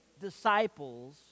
disciples